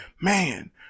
Man